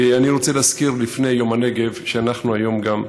אני רוצה להזכיר לפני יום הנגב, שאנחנו היום גם,